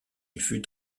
fut